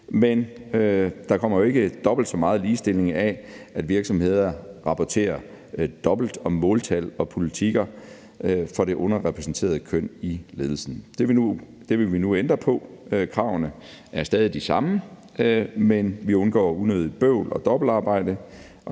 men der kommer jo ikke dobbelt så meget ligestilling af, at virksomheder og rapporterer dobbelt om måltal og politikker for det underrepræsenterede køn i ledelsen. Det vil vi nu ændrer på. Kravene er stadig de samme, men vi undgår unødigt bøvl og dobbeltarbejde,